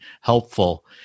helpful